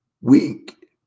weak